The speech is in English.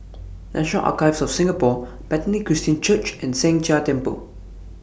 National Archives of Singapore Bethany Christian Church and Sheng Jia Temple